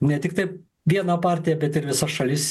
ne tiktai vieną partiją bet ir visas šalis